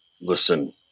Listen